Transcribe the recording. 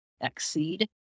exceed